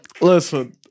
Listen